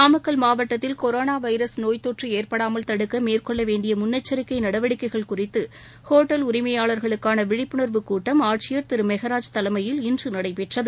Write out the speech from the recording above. நாமக்கல் மாவட்டத்தில் corona virus நோய் தொற்று ஏற்படாமல் தடுக்க மேற்கொள்ள வேண்டிய முன்னெச்சரிக்கை நடவடிக்கைகள் குறித்து ஒட்டல் உரிமையாளர்களுக்கான விழிப்புனர்வு கூட்டம் ஆட்சியர் திரு மெகராஜ் தலைமையில் இன்று நடைபெற்றது